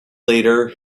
later